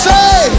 Say